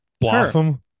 Blossom